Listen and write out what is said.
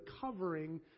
covering